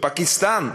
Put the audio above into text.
פקיסטן,